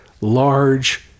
large